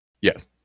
Yes